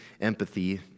empathy